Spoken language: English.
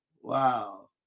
wow